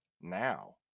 now